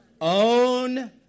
Own